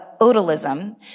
odalism